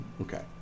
Okay